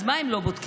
אז מה הם לא בודקים?